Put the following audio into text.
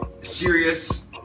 serious